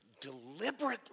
deliberately